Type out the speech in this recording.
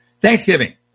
Thanksgiving